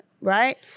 Right